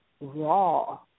raw